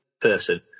person